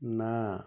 ନା